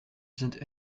sind